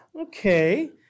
Okay